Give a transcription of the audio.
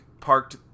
parked